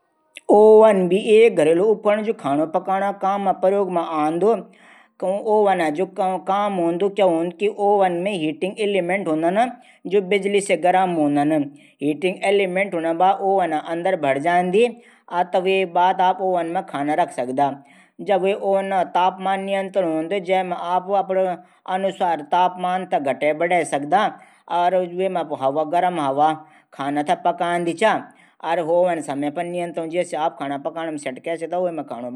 ओवन भी एक घरेलु उपकरण जू खाणू पकाणू काम मा आंदू ओवन मा हिःटिःग इरीमेंट हूंदन जू बिजली से गरम हूदन हिटिग एरीमेट बाद ओवन इलिंमेंट भर जांदी तब हम वे खाणू रख सकदा। तब वेमा हम अपडू अनुसार तापमान घटै बढै सकदा। वैमा गर्म हवा खाणू थे पकादी चा।